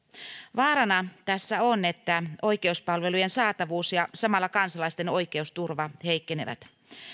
vaarana tässä on että oikeuspalvelujen saatavuus ja samalla kansalaisten oikeusturva heikkenevät